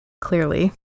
Clearly